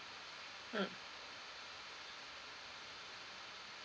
mm